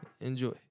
Enjoy